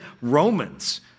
Romans